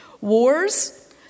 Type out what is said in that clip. wars